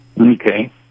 Okay